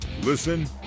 Listen